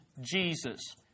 Jesus